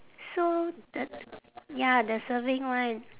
so the ya the surfing one